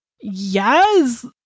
Yes